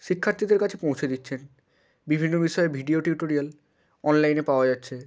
শিক্ষার্থীদের কাছে পৌঁছে দিচ্ছেন বিভিন্ন বিষয়ে ভিডিও টিউটোরিয়াল অনলাইনে পাওয়া যাচ্ছে